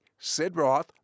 Sidroth